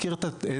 מכיר את התרופות,